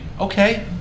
Okay